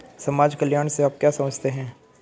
समाज कल्याण से आप क्या समझते हैं?